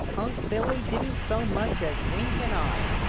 unc' billy didn't so much as wink an eye.